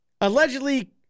allegedly